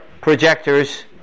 projectors